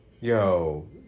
yo